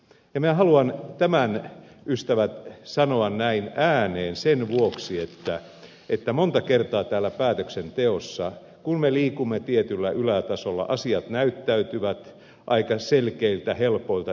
minä haluan tämän ystävät sanoa näin ääneen sen vuoksi että monta kertaa täällä päätöksenteossa kun me liikumme tietyllä ylätasolla asiat näyttäytyvät aika selkeiltä helpoilta yksinkertaisilta